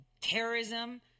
terrorism